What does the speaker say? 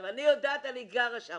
אני יודעת את זה, אני גרה שם,